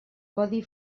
codi